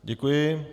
Děkuji.